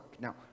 Now